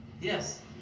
Yes